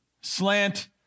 slant